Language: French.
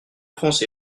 france